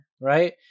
right